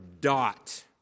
dot